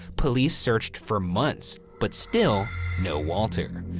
police searched for months but still no walter.